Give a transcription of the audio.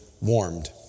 warmed